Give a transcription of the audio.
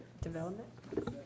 Development